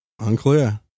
unclear